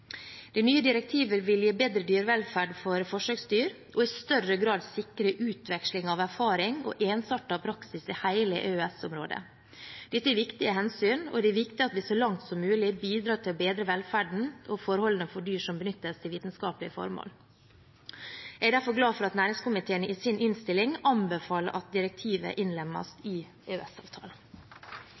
Det nye direktivet vil gi bedre dyrevelferd for forsøksdyr og i større grad sikre utveksling av erfaring og ensartet praksis i hele EØS-området. Dette er viktige hensyn, og det er viktig at vi så langt som mulig bidrar til å bedre velferden og forholdene for dyr som benyttes til vitenskapelige formål. Jeg er derfor glad for at næringskomiteen i sin innstilling anbefaler at direktivet innlemmes i